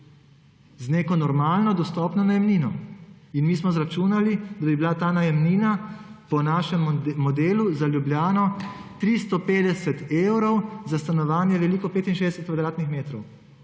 z neko normalno, dostopno najemnino. Mi smo izračunali, da bi bila ta najemnina po našem modelu za Ljubljano 350 evrov za stanovanje veliko 65 m2. Danes na trgu